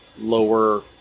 lower